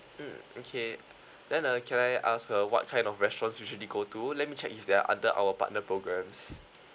mm okay then uh can I ask uh what kind of restaurants usually go to let me check if they are under our partner programs